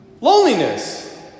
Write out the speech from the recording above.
Loneliness